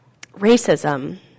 Racism